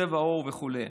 צבע עור וכו'.